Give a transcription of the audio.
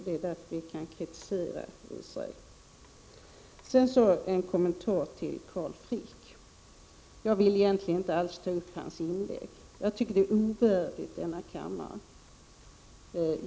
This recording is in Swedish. Det är därför vi kan kritisera Israel. Jag vill egentligen inte alls kommentera Carl Fricks inlägg. Jag tycker det är ovärdigt denna kammare.